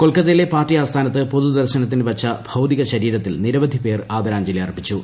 കൊൽക്കത്തിയിലെ party ആസ്ഥാനത്ത് പൊതുദർശനത്തിന് വെച്ച ഭൌതികശരീരത്തിൽ നിരവധിപേർ ആദരാഞ്ജലി അർപ്പിച്ചു